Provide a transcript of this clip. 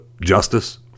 justice